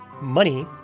Money